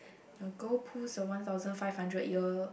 your girl pulls the one thousand five hundred year